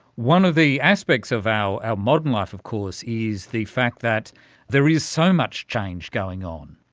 one of the aspects of our modern life of course is the fact that there is so much change going on.